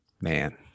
man